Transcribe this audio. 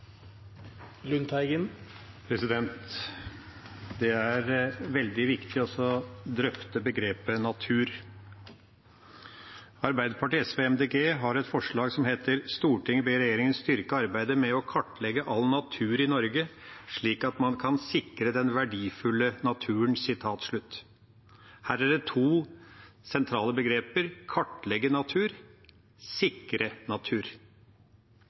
veldig viktig å drøfte begrepet «natur». Arbeiderpartiet, SV og Miljøpartiet De Grønne har et forslag som heter: «Stortinget ber regjeringen styrke arbeidet med å kartlegge all natur i Norge, slik at man kan sikre den verdifulle naturen.» Her er det to sentrale begreper: «kartlegge natur» og «sikre natur».